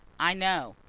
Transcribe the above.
i know!